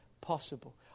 possible